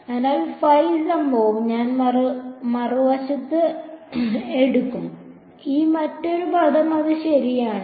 അതിനാൽ ഫൈ സംഭവം ഞാൻ മറുവശത്ത് എടുക്കും ഈ മറ്റൊരു പദം അത് ശരിയാണ്